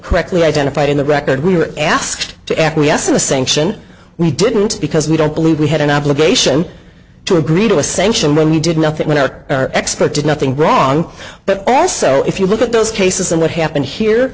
correctly identified in the record we were asked to acquiesce in the sanction we didn't because we don't believe we had an obligation to agree to a sanction when we did nothing when our expert did nothing wrong but also if you look at those cases and what happened here